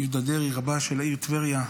יהודה דרעי, רבה של העיר טבריה.